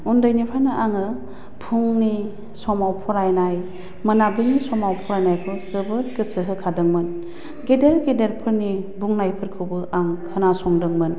उन्दैनिफ्रायनो आङो फुंनि समाव फरायनाय मोनाबिलिनि समाव फरायनायखौ जोबोद गोसो होखादोंमोन गेदेर गेदेरफोरनि बुंनायफोरखौबो आं खोनासंदोंमोन